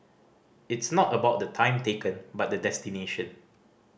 it's not about the time taken but the destination